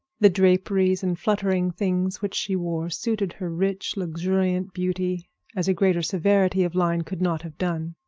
the draperies and fluttering things which she wore suited her rich, luxuriant beauty as a greater severity of line could not have done.